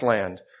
land